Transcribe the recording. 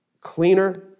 cleaner